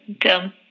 Dumb